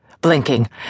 Blinking